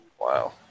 Wow